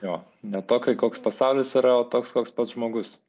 jo ne tokį koks pasaulis yra o toks koks pats žmogus